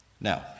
Now